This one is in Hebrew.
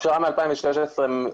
הפשרה מ-2016,